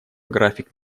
график